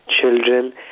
children